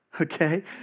okay